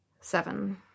Seven